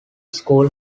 school